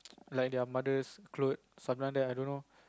like their mother's clothes something like that I don't know